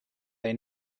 they